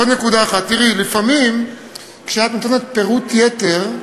תראי, לפעמים כשאת נותנת פירוט יתר,